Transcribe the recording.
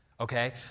okay